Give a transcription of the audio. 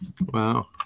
Wow